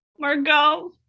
Margot